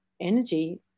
energy